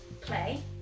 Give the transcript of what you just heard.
play